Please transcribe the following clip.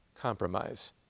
compromise